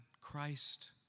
Christ